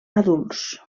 adults